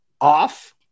off